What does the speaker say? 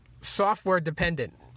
software-dependent